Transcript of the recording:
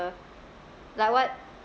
like what